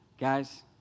guys